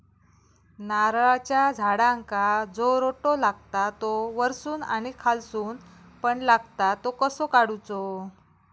नारळाच्या झाडांका जो रोटो लागता तो वर्सून आणि खालसून पण लागता तो कसो काडूचो?